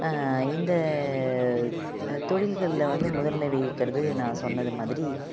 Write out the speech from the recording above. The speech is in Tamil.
இந்த தொழில்களில் வந்து முதன்மை வகிக்கிறது நான் சொன்னது மாதிரி